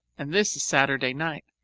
and this is saturday night.